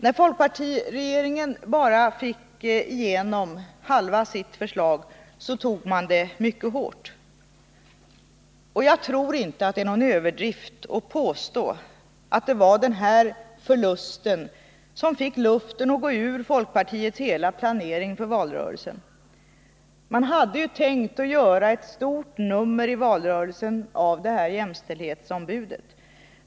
När folkpartiregeringen bara fick igenom halva sitt förslag så tog man det mycket hårt. Jag tror inte att det är någon överdrift att påstå att det var den här förlusten 137 som fick luften att gå ur folkpartiets hela planering för valrörelsen. Man hade ju tänkt göra ett stort nummer i valrörelsen av det här jämställdhetsombudet.